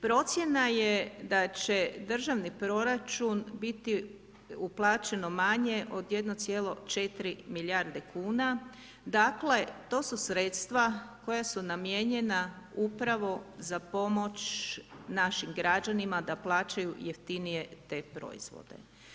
Procjena je da će državni proračun, biti uplaćen manje od 1,4 milijarde kuna, dakle, to su sredstva, koja su namijenjena upravo za pomoć našim građanima, da plaćaju jeftinije te proizvode.